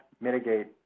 mitigate